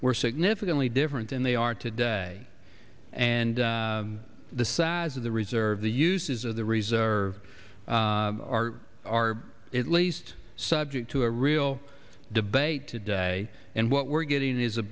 were significantly different than they are today and the size of the reserve the uses of the reserve are are at least subject to a real debate today and what we're getting is a